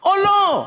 או לא,